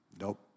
nope